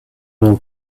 will